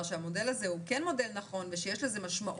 שהמודל הזה הוא כן מודל נכון ושיש לזה משמעות,